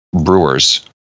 brewers